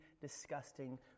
disgusting